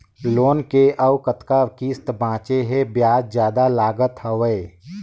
Loan के अउ कतका किस्त बांचें हे? ब्याज जादा लागत हवय,